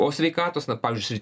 o sveikatos na pavyzdžiui